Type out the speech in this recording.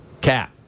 Cat